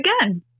again